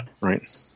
Right